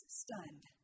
stunned